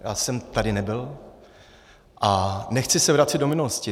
Já jsem tady nebyl a nechci se vracet do minulosti.